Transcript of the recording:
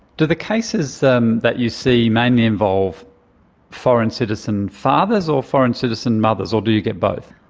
do the cases um that you see mainly involve foreign citizen fathers or foreign citizen mothers, or do you get both?